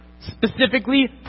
specifically